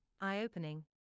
eye-opening